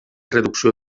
reducció